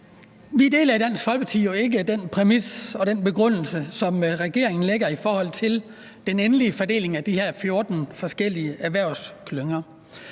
sige. I Dansk Folkeparti deler vi jo ikke den præmis og den begrundelse, som regeringen bruger i forhold til den endelige fordeling af de her 14 forskellige erhvervsklynger.